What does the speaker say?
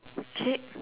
cape